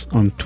on